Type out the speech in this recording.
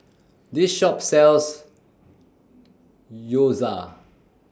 This Shop sells Gyoza